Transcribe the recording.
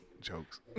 Jokes